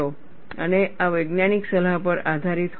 અને આ વૈજ્ઞાનિક સલાહ પર આધારિત હોવું જોઈએ